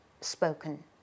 spoken